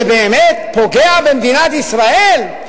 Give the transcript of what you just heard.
זה באמת פוגע במדינת ישראל?